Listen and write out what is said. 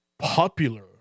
popular